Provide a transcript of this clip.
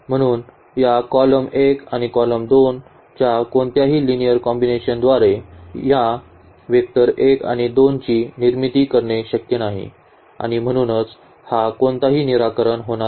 म्हणून या कॉलम 1 आणि या कॉलम 2 च्या कोणत्याही लिनिअर कॉम्बिनेशन द्वारे या वेक्टर 1 आणि 2 ची निर्मिती करणे शक्य नाही आणि म्हणूनच हा कोणताही निराकरण होणार नाही